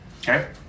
Okay